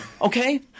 Okay